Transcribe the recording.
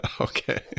okay